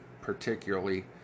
particularly